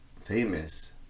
famous